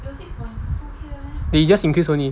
they just increase only